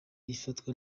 ifatwa